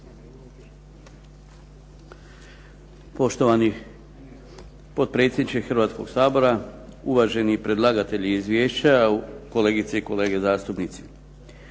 Poštovani potpredsjedniče Hrvatskoga sabora. Uvaženi predlagatelji izvješća. Kolegice i kolege zastupnici.